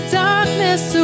darkness